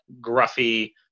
gruffy